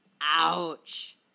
Ouch